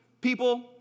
people